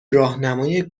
راهنمای